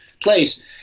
place